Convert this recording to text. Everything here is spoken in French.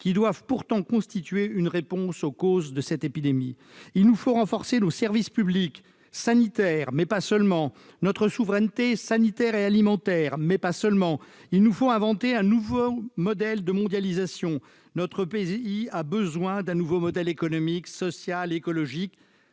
qui doivent pourtant constituer une réponse aux causes de cette épidémie. Il nous faut renforcer nos services publics sanitaires, mais pas seulement, notre souveraineté sanitaire et alimentaire, mais pas seulement. Il nous faut inventer un nouveau modèle de mondialisation ; notre pays a besoin d'un nouveau modèle économique, social, écologique.